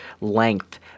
length